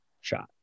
shot